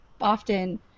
often